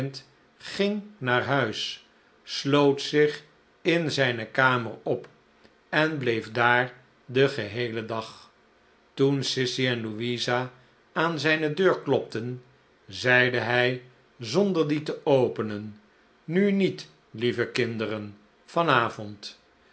ging naar huis sloot zich in zijne kamer op en bleef daar den geheelen dag toen sissy en louisa aan zijne deur klopten zeide hij zonder die te openen nu niet lieve kinderen